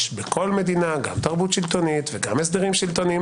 יש בכל מדינה גם תרבות שלטונית וגם הסדרים שלטוניים